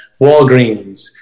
Walgreens